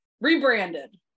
rebranded